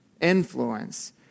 influence